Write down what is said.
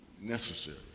necessary